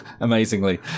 Amazingly